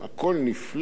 הכול נפלא,